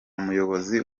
muyobozi